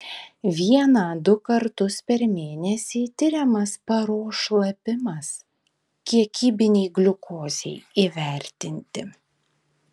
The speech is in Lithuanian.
vieną du kartus per mėnesį tiriamas paros šlapimas kiekybinei gliukozei įvertinti